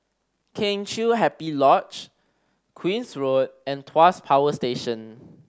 Kheng Chiu Happy Lodge Queen's Road and Tuas Power Station